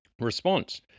Response